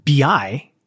BI